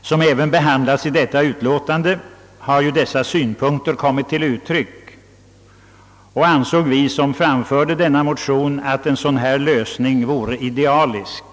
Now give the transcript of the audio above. som även behandlas i detta utlåtande, har ju dessa synpunkter kommit till uttryck. Vi som framförde denna motion ansåg att en sådan lösning vore idealisk.